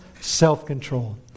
Self-control